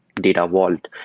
data vault.